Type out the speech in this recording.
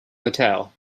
hotel